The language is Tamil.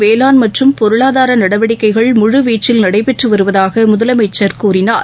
வேளாண் மற்றும் பொருளாதார நடவடிக்கைகள் முழு வீச்சில் நடைபெற்று வருவதாக முதலமைச்சர் கூறினார்